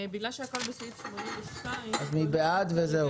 בגלל שהכל סעיף 82- -- אז מי בעד, וזהו.